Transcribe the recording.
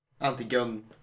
anti-gun